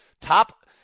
top